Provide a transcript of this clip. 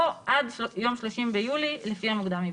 או עד יום 30 ביולי, לפי המוקדם ביניהם.